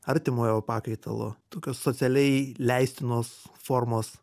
artimojo pakaitalo tokios socialiai leistinos formos